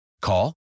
Call